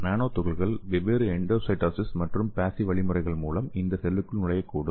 நானோ துகள்கள் வெவ்வேறு எண்டோசைட்டோசிஸ் மற்றும் பேஸிவ் வழிமுறைகள் மூலம் இந்த செல்களுக்குள் நுழையக்கூடும்